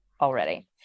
already